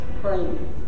praying